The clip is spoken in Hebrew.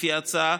לפי ההצעה,